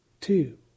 two